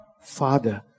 Father